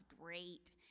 great